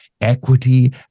equity